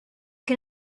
can